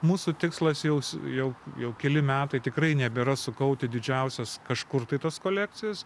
mūsų tikslas jaus jau jau keli metai tikrai nebėra sukaupti didžiausias kažkur tai tas kolekcijas